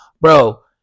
Bro